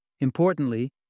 Importantly